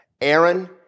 Aaron